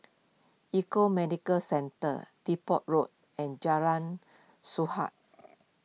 Econ Medicare Centre Depot Road and Jalan Sahad